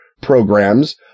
programs